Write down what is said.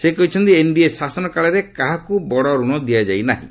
ସେ କହିଛନ୍ତି ଏନ୍ଡିଏ ଶାସନକାଳରେ କାହାକୁ ବଡ଼ ରଣ ଦିଆଯାଇ ନାହିଁ